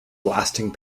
blasting